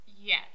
Yes